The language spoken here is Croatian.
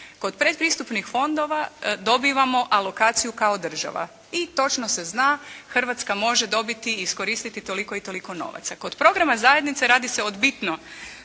kod predpristupnih fondova dobivamo alokaciju kao država i točno se zna, Hrvatska može dobiti i iskoristiti toliko i toliko novaca. Kod programa zajednice radi se o bitno